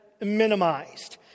minimized